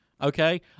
Okay